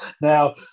now